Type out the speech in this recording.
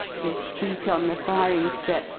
his' feet on the firing step,